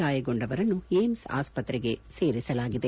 ಗಾಯಗೊಂಡವರನ್ನು ಏಮ್ಸ್ ಆಸ್ವತ್ರೆಗೆ ಸೇರಿಸಲಾಗಿದೆ